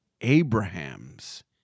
Abrahams